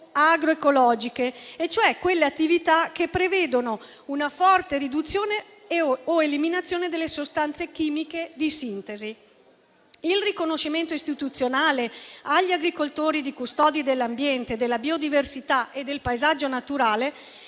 agroecologico, cioè quelle attività che prevedono una forte riduzione o eliminazione delle sostanze chimiche di sintesi. Il riconoscimento istituzionale agli agricoltori come custodi dell'ambiente, della biodiversità e del paesaggio naturale